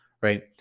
right